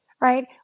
right